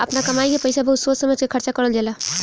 आपना कमाई के पईसा बहुत सोच समझ के खर्चा करल जाला